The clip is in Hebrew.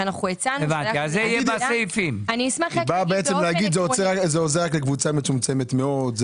היא רוצה לומר: זה עוזר רק לקבוצה מצומצמת מאוד.